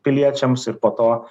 piliečiams ir po to